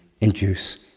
induce